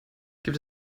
gibt